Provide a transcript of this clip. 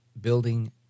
building